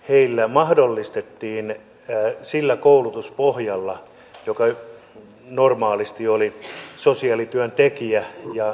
mahdollistettiin sillä koulutuspohjalla joka normaalisti oli sosiaalityöntekijä